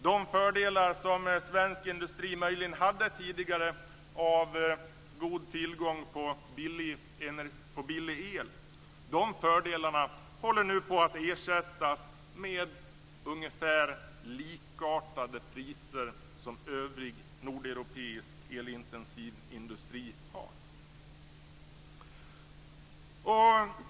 De fördelar som svensk industri möjligen hade tidigare av god tillgång på billig el håller nu på att ersättas med ungefär samma priser som för övrig nordeuropeisk elintensiv industri.